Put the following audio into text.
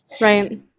Right